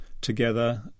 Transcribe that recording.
together